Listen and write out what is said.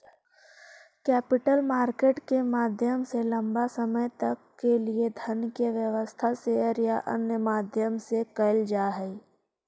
capital market के माध्यम से लंबा समय तक के लिए धन के व्यवस्था शेयर या अन्य माध्यम से कैल जा हई